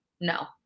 No